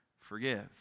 forgive